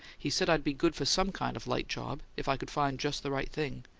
he said i'd be good for some kind of light job if i could find just the right thing.